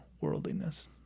worldliness